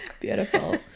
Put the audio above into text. Beautiful